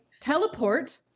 teleport